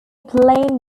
plain